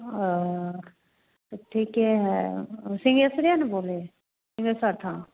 ओ सब ठीके है सिंघेशरे ना बोलें सिंघेश्वर थान